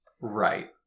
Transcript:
Right